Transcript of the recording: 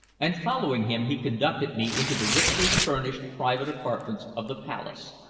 and following him he conducted me into the richly furnished private apartments of the palace,